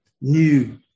new